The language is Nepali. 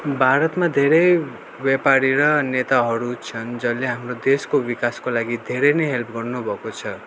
भारतमा धेरै व्यापारी र नेताहरू छन् जसले हाम्रो देशको विकासको लागि धेरै नै हेल्प गर्नु भएको छ